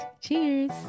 Cheers